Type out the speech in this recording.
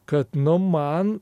kad nu man